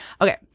Okay